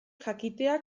jakitea